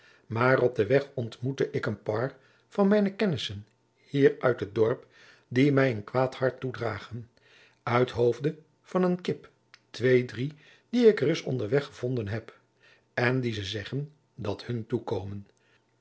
moâr op den weg ontmoette ik een poâr van mijne kennissen hier uit het dorp die mij een kwaad hart toedragen uit hoofde van een kip twee drie die ik ereis onder weg evonden heb en die ze zeggen dat hun toekomen